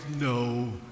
No